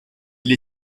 elle